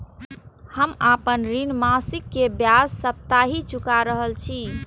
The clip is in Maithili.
हम आपन ऋण मासिक के ब्याज साप्ताहिक चुका रहल छी